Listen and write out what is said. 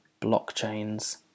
blockchains